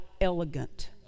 elegant